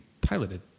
piloted